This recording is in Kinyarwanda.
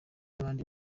n’abandi